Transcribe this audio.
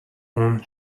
اون